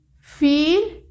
feel